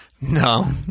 No